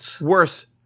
worse